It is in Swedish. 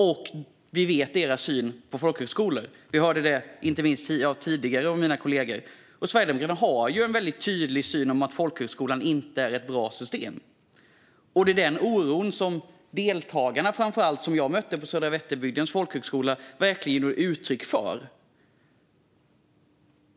Och vi vet deras syn på folkhögskolor; vi har hört detta i mina kollegors anföranden. Sverigedemokraterna har en tydlig syn på att folkhögskolan inte är ett bra system. Det är den oron som deltagarna som jag mötte vid Södra Vätterbygdens folkhögskola verkligen gav uttryck för.